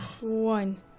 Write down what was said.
One